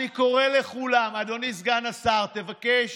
אני קורא לכולם, ואדוני סגן השר, תבקש